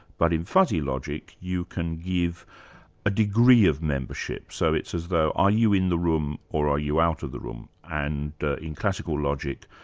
but in fuzzy logic, you can give a degree of membership, so it's as though are you in the room, or are you out of the room? and in classical logic,